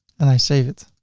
and i save it,